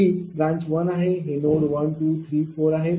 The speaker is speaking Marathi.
तर ही ब्रांच 1 आहे हे नोड 1 2 3 4 आहेत